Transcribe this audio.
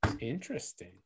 Interesting